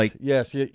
yes